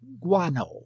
guano